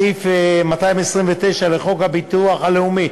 הכנסת יוסי יונה בעד הצעת חוק הביטוח הלאומי